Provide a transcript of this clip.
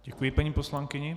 Děkuji, paní poslankyně.